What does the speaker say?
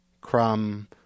crumb